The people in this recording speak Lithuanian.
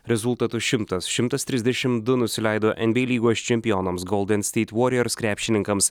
rezultatu šimtas šimtas trisdešim du nusileido nba lygos čempionams golden state warriors krepšininkams